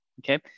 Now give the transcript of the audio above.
okay